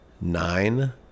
nine